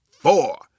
Four